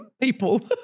people